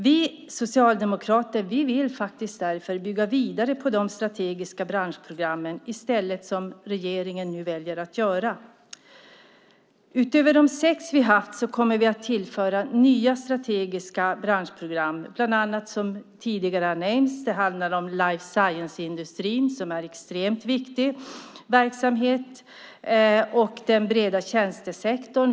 Vi socialdemokrater vill därför bygga vidare på de strategiska branschprogrammen i stället för det som regeringen nu väljer att göra. Utöver de sex branschprogram vi haft kommer vi att tillföra nya strategiska branschprogram. Det handlar bland annat om, som tidigare har nämnts, life science-industrin, som är en extremt viktig verksamhet, och den breda tjänstesektorn.